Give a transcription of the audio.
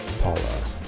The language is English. Paula